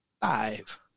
five